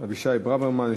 אבישי ברוורמן,